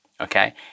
okay